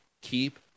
keep